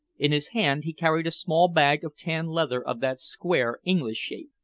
in his hand he carried a small bag of tan leather of that square english shape.